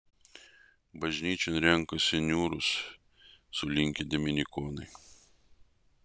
bažnyčion renkasi niūrūs sulinkę dominikonai